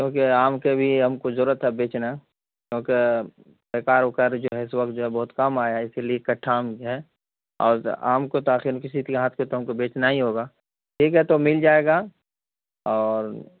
کیونکہ آم کے بھی ہم کو ضرورت ہے بیچنا کیونکہ بیکار اوکار جو ہے اس وقت جو ہے بہت کم آیا ہے اسی لیے اکٹھا آم ہی ہے اور آم کو تاخیر کسی کے ہاتھ کے تو ہم کو بیچنا ہی ہوگا ٹھیک ہے تو مل جائے گا اور